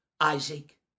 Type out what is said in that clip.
Isaac